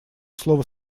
слово